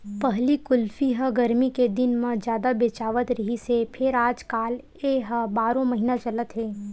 पहिली कुल्फी ह गरमी के दिन म जादा बेचावत रिहिस हे फेर आजकाल ए ह बारो महिना चलत हे